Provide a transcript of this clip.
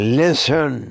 listen